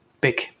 big